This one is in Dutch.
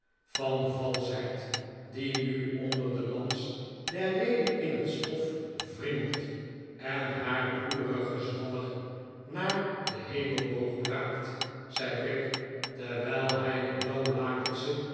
van valschheid die nu onder de lans der rede in het stof wriemelt en haar bloederigen zwadder naar den hemelboog braakt zei brick terwijl hij een blauwlakensche